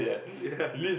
ya